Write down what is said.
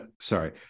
Sorry